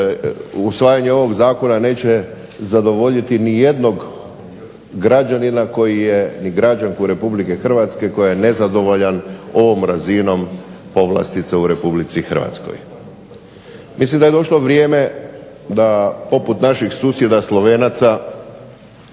usvajanje ovog zakona neće zadovoljiti nijednog građanina koji je, ni građanku RH koja je nezadovoljna ovom razinom povlastice u RH. Mislim da je došlo vrijeme da poput naših susjeda Slovenaca